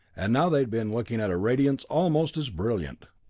and now they had been looking at a radiance almost as brilliant.